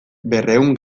berrehun